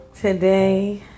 Today